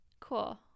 cool